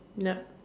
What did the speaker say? yup